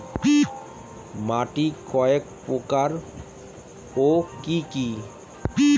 মাটি কয় প্রকার ও কি কি?